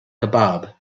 kebab